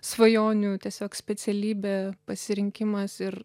svajonių tiesiog specialybė pasirinkimas ir